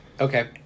Okay